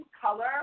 color